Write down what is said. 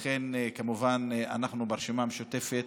לכן, כמובן, אנחנו ברשימה המשותפת